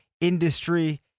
industry